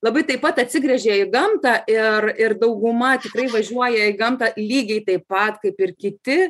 labai taip pat atsigręžė į gamtą ir ir dauguma tikrai važiuoja į gamtą lygiai taip pat kaip ir kiti